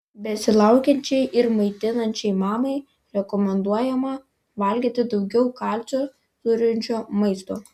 besilaukiančiai ir maitinančiai mamai rekomenduojama valgyti daugiau kalcio turinčio maisto